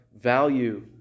value